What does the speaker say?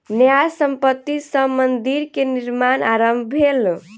न्यास संपत्ति सॅ मंदिर के निर्माण आरम्भ भेल